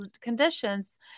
conditions